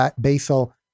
basal